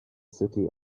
city